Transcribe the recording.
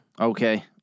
Okay